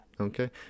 Okay